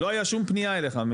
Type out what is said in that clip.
הבנתי, לא הייתה שום פנייה אליך?